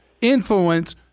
influence